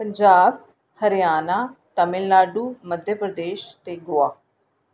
पंजाब हरियाणा तमिल नाड़ू मध्य प्रदेश ते गोवा